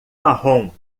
marrom